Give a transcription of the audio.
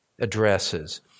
addresses